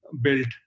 built